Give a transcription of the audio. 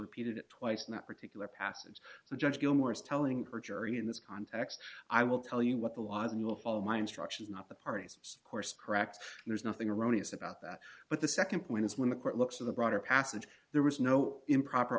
repeated it twice in that particular passage the judge gilmore is telling her jury in this context i will tell you what the law and you will follow my instructions not the parties of course correct and there's nothing erroneous about that but the nd point is when the court looks at the broader passage there was no improper